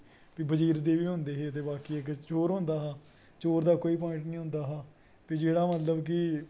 बज़ीर दे बी होंदे हे ते बाकी इक चोर होंदा हा चोर दा कोई पवाईंट नी होंदा हा ते जेह्ड़ा मतलव कि